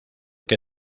que